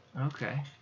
Okay